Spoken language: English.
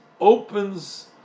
opens